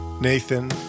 Nathan